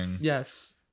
yes